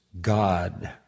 God